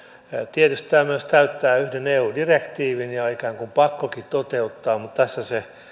tietysti tämä myös täyttää yhden eu direktiivin ja on ikään kuin pakkokin toteuttaa mutta tässä se